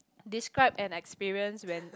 describe an experience when